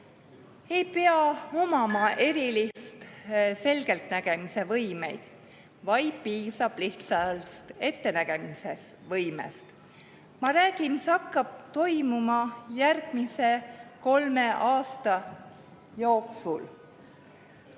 Ei pea omama erilisi selgeltnägemise võimeid, vaid piisab lihtsast ettenägemise võimest. Ma räägin, mis hakkab toimuma järgmise kolme aasta jooksul.